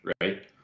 right